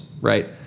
right